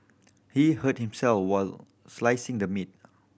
he hurt himself while slicing the meat